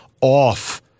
off